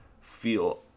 feel